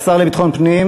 השר לביטחון פנים